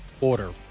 order